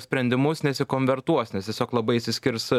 sprendimus nesikonvertuos nes tiesiog labai išsiskirs